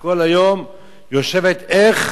כל היום יושבת איך